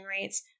rates